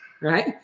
right